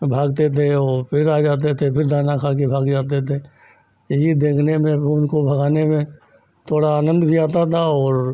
भागते थे और फिर आ जाते थे फिर दाना खाकर भाग जाते थे यही देखने में भी उनको भगाने में थोड़ा आनन्द भी आता था और